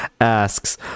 asks